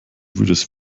würdest